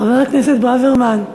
חבר הכנסת ברוורמן.